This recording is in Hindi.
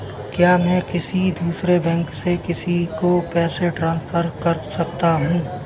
क्या मैं किसी दूसरे बैंक से किसी को पैसे ट्रांसफर कर सकता हूँ?